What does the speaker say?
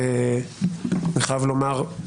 אני חייב לומר,